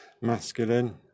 masculine